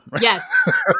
Yes